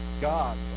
God's